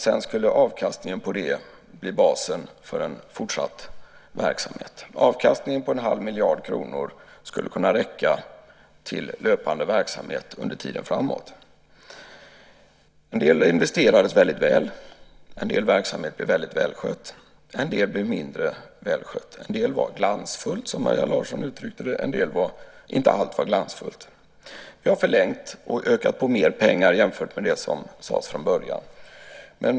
Sedan skulle avkastningen på detta bli basen för en fortsatt verksamhet. Avkastningen på en halv miljard kronor skulle kunna räcka till löpande verksamhet under tiden framåt. En del investerades väldigt väl. En del verksamheter är väldigt väl skötta. En del blev mindre väl skötta. En del var "glansfullt", som Maria Larsson uttryckte det. Inte allt var glansfullt. Vi har förlängt detta och lagt till mer pengar än vi sade från början.